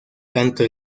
canto